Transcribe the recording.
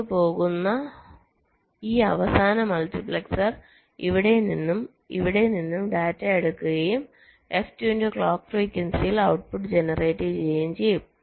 പുറത്തുപോകുന്ന ഈ അവസാന മൾട്ടിപ്ലക്സർ ഇവിടെ നിന്നും ഇവിടെ നിന്നും ഡാറ്റ എടുക്കുകയും f ന്റെ ക്ലോക്ക് ഫ്രീക്വൻസിയിൽ ഔട്ട്പുട്ട് ജനറേറ്റ് ചെയ്യുകയും ചെയ്യും